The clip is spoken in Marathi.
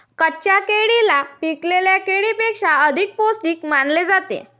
कच्च्या केळीला पिकलेल्या केळीपेक्षा अधिक पोस्टिक मानले जाते